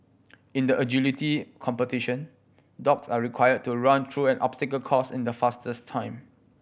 in the agility competition dogs are required to run through an obstacle course in the fastest time